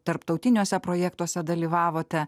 tarptautiniuose projektuose dalyvavote